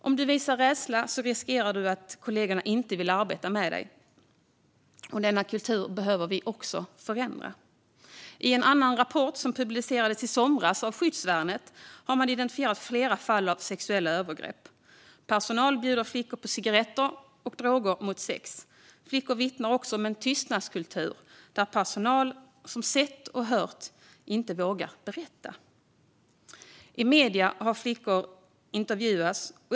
Om du visar rädsla riskerar du att kollegorna inte vill arbeta med dig. Denna kultur behöver vi också förändra. I en annan rapport, som publicerades i somras av Skyddsvärnet, har man identifierat flera fall av sexuella övergrepp. Personal bjuder flickor på cigaretter och droger mot sex. Flickor vittnar om en tystnadskultur - personal som sett och hört vågar inte berätta. Flickor har även intervjuats i medier.